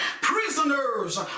Prisoners